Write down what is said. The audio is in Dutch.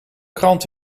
krant